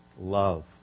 love